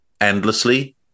Endlessly